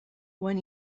when